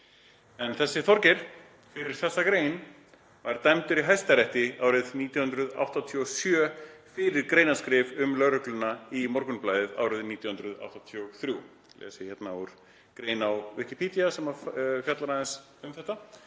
Þessi Þorgeir var fyrir þessa grein dæmdur í Hæstarétti árið 1987 fyrir greinaskrif um lögregluna í Morgunblaðið árið 1983. Les ég hérna úr grein á Wikipediu sem fjallar aðeins um þetta: